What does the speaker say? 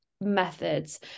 methods